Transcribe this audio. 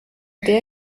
der